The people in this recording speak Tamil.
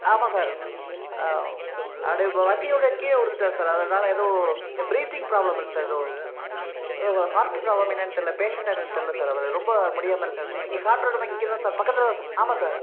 ஆமாம் சார் அப்டியே போ வண்டியோட கீழே விழுந்துட்டார் சார் அதனால் ஏதோ பிரீத்திங் ப்ராப்ளம் இருக்கு சார் ஏதோ ஹார்ட் ப்ராப்ளமாக என்னென்னு தெரியல பேஷண்ட்டாக என்னென்னு தெரியல சார் அவர் ரொம்ப முடியாமல் இருக்கார் சார் நீங்கள் காட்டுற இடம்னா இங்கே தான் சார் பக்கத்தில் தான் சார் ஆமாம் சார்